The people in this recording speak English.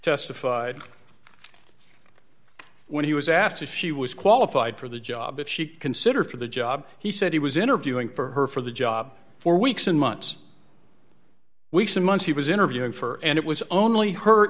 testified when he was asked if she was qualified for the job if she considered for the job he said he was interviewing for her for the job for weeks and months weeks and months he was interviewing for and it was only h